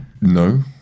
No